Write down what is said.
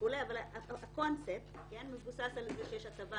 אבל הקונספט מבוסס על זה שיש הטבה,